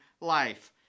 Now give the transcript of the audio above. life